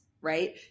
right